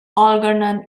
algernon